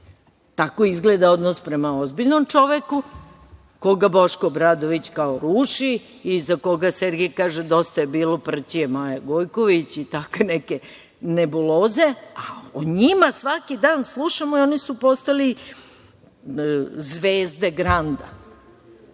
izgleda odnos prema ozbiljnom čoveku koga Boško Obradović kao ruši i za koga Sergej kaže – dosta je bilo prćije Maje Gojković i tako neke nebuloze, a o njima svaki dan slušamo i oni su postali zvezde granda,